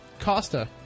Costa